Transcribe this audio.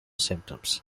symptoms